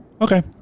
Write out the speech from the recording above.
Okay